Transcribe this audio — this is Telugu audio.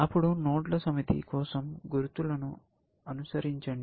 అప్పుడు నోడ్ల సమితి కోసం గుర్తులను అనుసరించండి